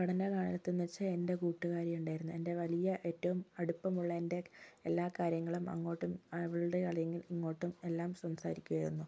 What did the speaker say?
പഠന കാലത്തെന്ന് വെച്ചാൽ എൻ്റെ കൂട്ടുകാരി ഉണ്ടായിരുന്നു എൻ്റെ വലിയ ഏറ്റവും അടുപ്പമുള്ള എൻ്റെ എല്ലാ കാര്യങ്ങളും അങ്ങോട്ടും അവളുടെ ഇങ്ങോട്ടും എല്ലാം സംസാരിക്കുമായിരുന്നു